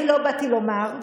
אני לא באתי לומר,